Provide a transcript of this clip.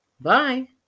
Bye